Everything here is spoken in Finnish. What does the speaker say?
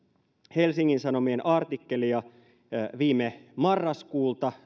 helsingin sanomien artikkelia viime marraskuulta